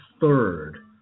third